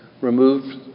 removed